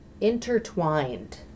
intertwined